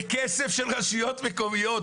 זה כסף של רשויות מקומיות.